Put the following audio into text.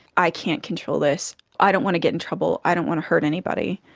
i can't control this, i don't want to get in trouble, i don't want to hurt anybody,